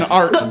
art